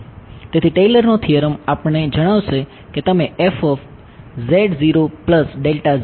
તેથી ટેલરનો થીયરમ આપણને જણાવશે કે તમે જાણો છો